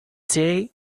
day